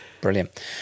Brilliant